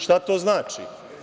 Šta to znači?